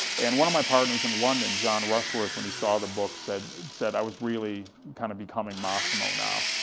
and one of my partners in london, john rushworth, when he saw the book said said i was really kind of becoming massimo now,